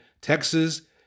Texas